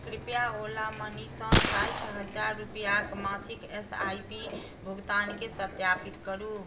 कृपया ओला मनी सँ साठि हजार रुपआक मासिक एस आई पी भुगतानकेँ सत्यापित करू